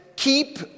Keep